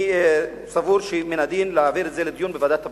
אני סבור שמן הדין להעביר את הנושא לדיון בוועדת הפנים.